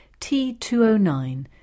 T209